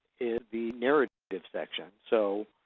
is the narrative section. so,